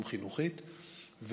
גם חינוכית,